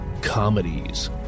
comedies